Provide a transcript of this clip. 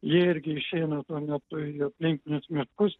jie irgi išeina tuo metu į aplinkinius miškus